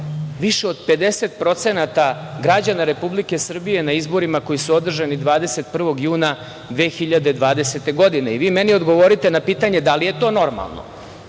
više od 50% građana Republike Srbije na izborima koji su održani 21. juna 2020. godine. Vi meni odgovorite na pitanje - da li je to normalno?